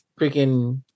freaking